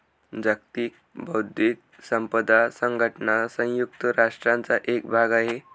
जागतिक बौद्धिक संपदा संघटना संयुक्त राष्ट्रांचा एक भाग आहे